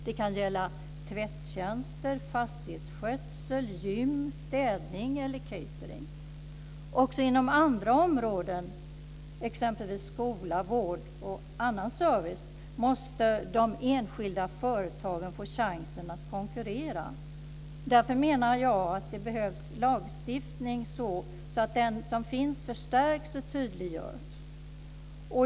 Det kan gälla tvättjänster, fastighetsskötsel, gym, städning eller catering. Också inom andra områden, exempelvis skola, vård och annan service, måste de enskilda företagen få chansen att konkurrera. Därför menar jag att den lagstiftning som finns behöver förstärkas och tydliggöras.